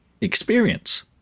experience